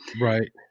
Right